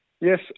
Yes